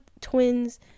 twins